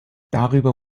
darüber